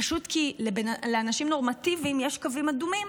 פשוט כי לאנשים נורמטיביים יש קווים אדומים.